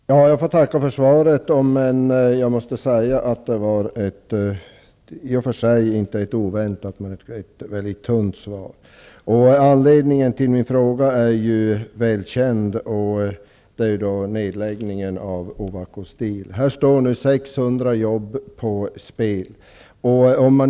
Herr talman! Jag får tacka för svaret. Det var ett mycket tunt svar, vilket i och för sig inte var oväntat. Anledningen till min fråga är väl känd, nämligen nedläggningen av Ovako Steel. Här står nu 600 jobb på spel.